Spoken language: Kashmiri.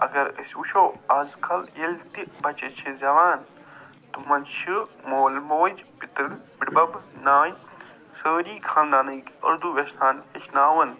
اگر أسۍ وٕچھو آز کل ییٚلہِ تہِ بچہِ اَسہِ چھِ زٮ۪وان تِمن چھِ مول موج پِتٕر بٕڑِ بب نانۍ سٲری خاندانٕکۍ اُردو یژھان ہیٚچھناوُن